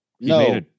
No